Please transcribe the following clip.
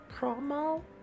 promo